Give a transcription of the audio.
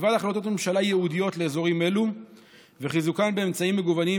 מלבד החלטות ממשלה ייעודיות לאזורים אלו וחיזוקם באמצעים מגוונים,